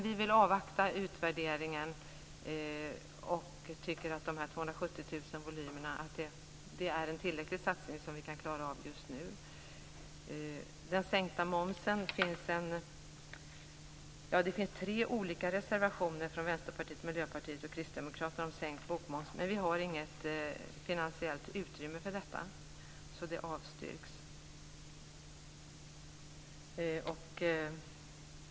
Vi vill avvakta utvärderingen och tycker att de 270 000 volymerna är en tillräcklig satsning som vi kan klara av just nu. Det finns tre olika reservationer från Vänsterpartiet, Miljöpartiet och Kristdemokraterna om sänkt bokmoms. Det finns inget finansiellt utrymme för detta, så det avstyrks.